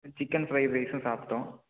chicken fried ரைஸும் சாப்பிட்டோம்